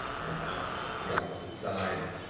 and out the opposite side,